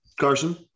Carson